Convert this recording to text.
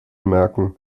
merken